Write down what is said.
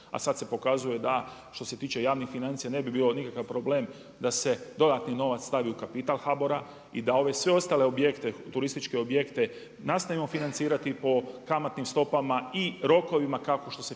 a sad se pokazuje da, što se tiče javnih financija ne bi bio nikakav problem da se dodatni novac stavi u kapital HBOR-a i da ove sve ostale objekte, turističke objekte nastavimo financirati po kamatnim stopama i rokovima kao što se financira